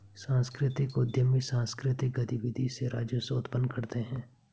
सांस्कृतिक उद्यमी सांकृतिक गतिविधि से राजस्व उत्पन्न करते हैं